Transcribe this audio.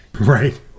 Right